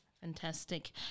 Fantastic